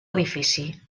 edifici